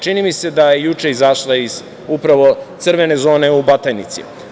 Čini mi se da je upravo juče izašla iz crvene zone u Batajnici.